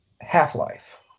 Half-Life